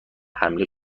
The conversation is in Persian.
حمله